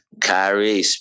Kyrie